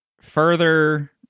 further